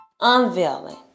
Unveiling